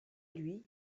lui